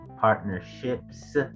partnerships